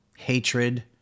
hatred